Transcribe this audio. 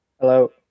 Hello